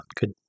good